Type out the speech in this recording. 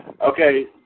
Okay